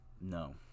No